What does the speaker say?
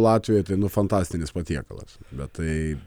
latvijoj tai nu fantastinis patiekalas bet tai